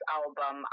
album